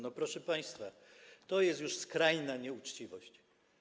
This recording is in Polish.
No, proszę państwa, to jest już skrajna nieuczciwość.